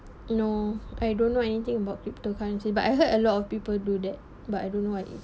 no I don't know anything about cryptocurrency but I heard a lot of people do that but I don't know what is